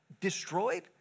destroyed